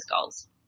goals